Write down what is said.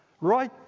right